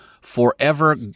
Forever